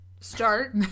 Start